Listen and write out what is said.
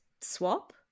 swap